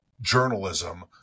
journalism